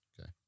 Okay